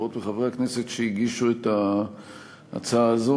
לחברות וחברי הכנסת שהגישו את ההצעה הזו,